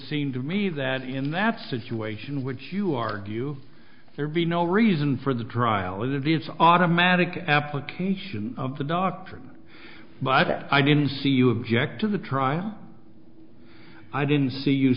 seem to me that in that situation which you argue there be no reason for the trial it is automatic application of the doctrine but i didn't see you object to the trial i didn't see you